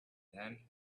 then